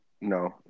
No